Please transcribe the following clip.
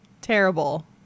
Terrible